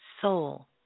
soul